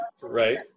Right